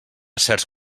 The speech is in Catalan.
certs